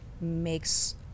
makes